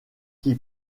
qui